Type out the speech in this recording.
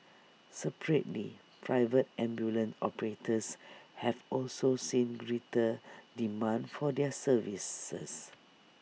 separately private ambulance operators have also seen greater demand for their services